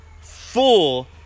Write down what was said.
full